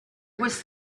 was